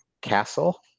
Castle